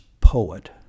poet